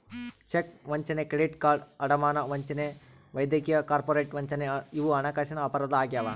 check ವಂಚನೆ credit card ಅಡಮಾನ ವಂಚನೆ ವೈದ್ಯಕೀಯ ಕಾರ್ಪೊರೇಟ್ ವಂಚನೆ ಇವು ಹಣಕಾಸಿನ ಅಪರಾಧ ಆಗ್ಯಾವ